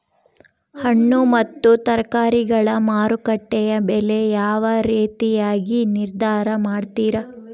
ಹಣ್ಣು ಮತ್ತು ತರಕಾರಿಗಳ ಮಾರುಕಟ್ಟೆಯ ಬೆಲೆ ಯಾವ ರೇತಿಯಾಗಿ ನಿರ್ಧಾರ ಮಾಡ್ತಿರಾ?